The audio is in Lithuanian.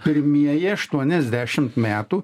pirmieji aštuoniasdešimt metų